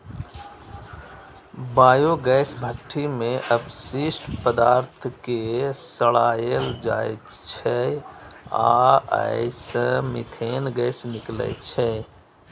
biogas भट्ठी मे अवशिष्ट पदार्थ कें सड़ाएल जाइ छै आ अय सं मीथेन गैस निकलै छै